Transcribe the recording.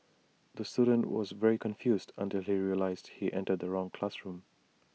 the student was very confused until he realised he entered the wrong classroom